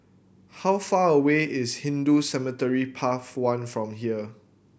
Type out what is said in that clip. how far away is Hindu Cemetery Path One from here